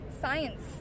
science